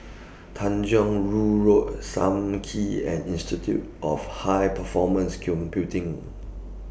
Tanjong Rhu Road SAM Kee and Institute of High Performance Computing